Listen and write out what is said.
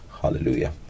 Hallelujah